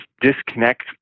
disconnect